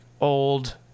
old